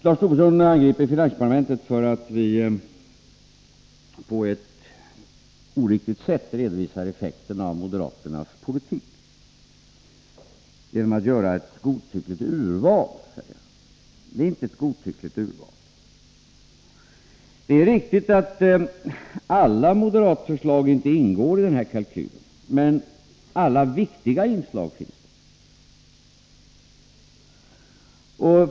Lars Tobisson angriper finansdepartementet för att vi, enligt moderaterna, på ett oriktigt sätt redovisar effekterna av moderaternas politik genom att göra ett godtyckligt urval. Men det är inte ett godtyckligt urval. Det är riktigt att alla moderatförslag inte ingår i denna kalkyl, men alla viktiga inslag finns med.